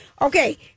Okay